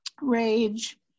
rage